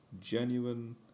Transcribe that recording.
genuine